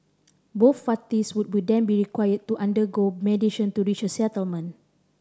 both parties would will then be required to undergo mediation to reach a settlement